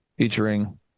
Featuring